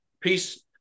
Peace